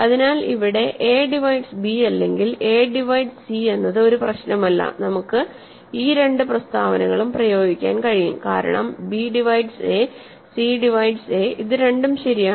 അതിനാൽ ഇവിടെ A divides B അല്ലെങ്കിൽ എ ഡിവൈഡ്സ് സി എന്നത് ഒരു പ്രശ്നമല്ല നമുക്ക് ഈ രണ്ട് പ്രസ്താവനകളും പ്രയോഗിക്കാൻ കഴിയും കാരണം B divides A C divides A ഇത് രണ്ടും ശരിയാണ്